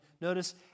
notice